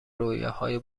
رویاهای